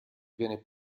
viene